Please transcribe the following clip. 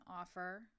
offer